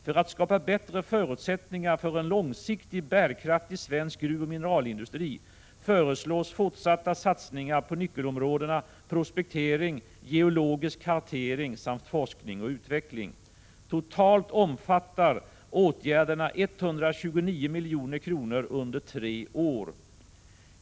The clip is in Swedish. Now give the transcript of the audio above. För att skapa bättre förutsättningar för en långsiktigt bärkraftig svensk gruvoch mineralindustri föreslås fortsatta satsningar på nyckelområdena prospektering, geologisk kartering samt forskning och utveckling. Totalt omfattar åtgärderna 129 milj.kr. under tre år.